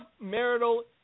marital